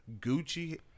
Gucci